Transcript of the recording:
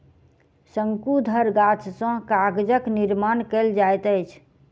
शंकुधर गाछ सॅ कागजक निर्माण कयल जाइत अछि